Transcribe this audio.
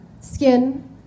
skin